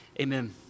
Amen